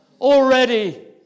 already